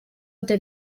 did